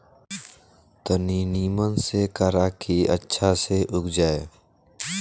तनी निमन से करा की अच्छा से उग जाए